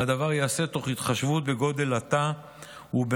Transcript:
והדבר ייעשה תוך התחשבות בגודל התא ובמאפייניו.